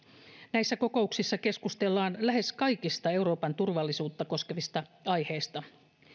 näissä kokouksissa keskustellaan lähes kaikista euroopan turvallisuutta koskevista aiheista